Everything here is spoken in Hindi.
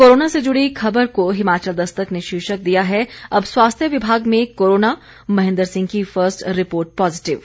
कोरोना से जुड़ी खबर को हिमाचल दस्तक ने शीर्षक दिया है अब स्वास्थ्य विभाग में कोरोना महेंद्र सिंह की फर्स्ट रिपोर्ट पॉजीटिव